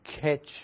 catch